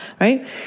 right